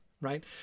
right